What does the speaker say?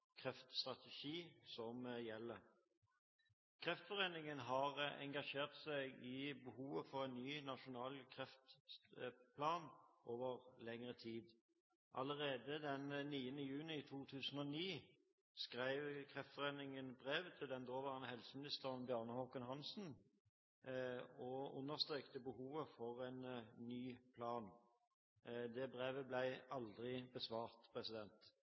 kreftstrategi som gjelder. Kreftforeningen har engasjert seg i behovet for en ny nasjonal kreftplan over lengre tid. Allerede den 9. juni i 2009 skrev Kreftforeningen brev til den daværende helseministeren, Bjarne Håkon Hanssen, og understrekte behovet for en ny plan. Det brevet ble aldri besvart.